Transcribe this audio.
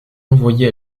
envoyé